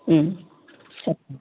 చెప్